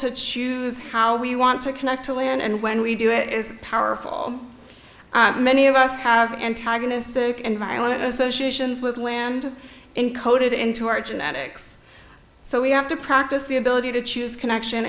to choose how we want to connect to when and when we do it is powerful many of us have antigun this sick and violent associations with land encoded into our genetics so we have to practice the ability to choose connection